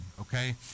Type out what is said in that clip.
Okay